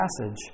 passage